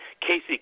Casey